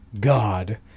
God